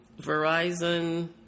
Verizon